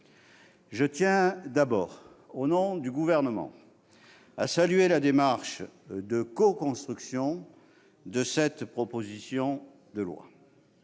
Je tiens tout d'abord, au nom du Gouvernement, à saluer la démarche de coconstruction de la proposition de loi